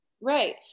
right